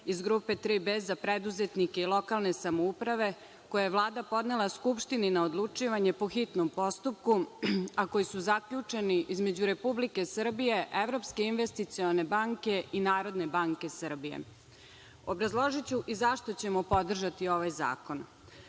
iz grupe 3B za preduzetnike i lokalne samouprave, koje je Vlada podnela Skupštini na odlučivanje po hitnom postupku, a koji su zaključeni između Republike Srbije, Evropske investicione banke i Narodne banke Srbije. Obrazložiću i zašto ćemo podržati ovaj zakon.